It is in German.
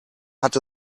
hat